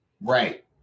Right